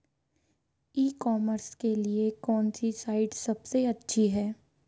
ई commerce के लिए कौनसी साइट सबसे अच्छी है?